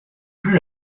plus